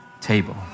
table